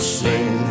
sing